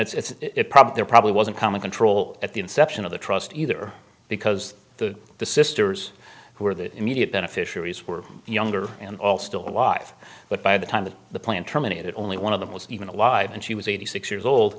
and it's a problem there probably wasn't coming control at the inception of the trust either because the the sisters who were the immediate beneficiaries were younger and all still alive but by the time that the plan terminated only one of them was even alive and she was eighty six years old